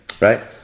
right